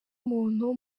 umuntu